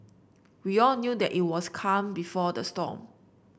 we all knew that it was calm before the storm